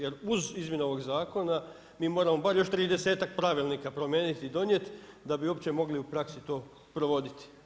Jer uz izmjena ovog zakona mi moramo bar još 30-tak pravilnika promijeniti i donijeti da bi uopće mogli u praksi to provoditi.